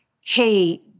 hey